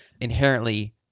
inherently